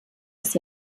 des